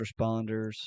responders